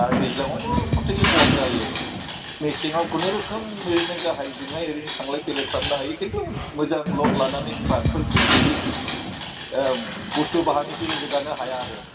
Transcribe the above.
आर दैज्लांआवथ' टटेलि बन्द जायो मेसेंआव खुनुरुखुम बिदिनो गाहायजोंहाय ओरैनो थांलाय फैलाय खालामनो हायो खिन्थु मोजां लड लानानै ट्राकफोर जेरैबायदि बुस्थु बाहारनिफ्राय रोगानो हाया आरो